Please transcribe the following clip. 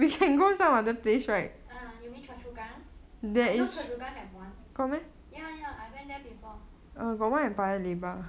err you mean choa chu kang I know choa chu kang have [one] ya ya I went there before